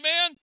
Amen